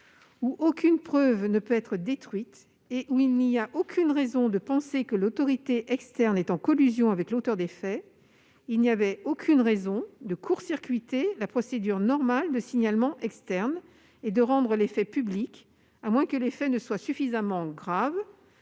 où aucune preuve ne peut être détruite et où il n'y a aucune raison de penser que l'autorité externe est en collusion avec l'auteur des faits, rien ne justifiait de court-circuiter la procédure normale de signalement externe et de rendre les faits publics, à moins qu'ils ne soient suffisamment graves